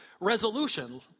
resolution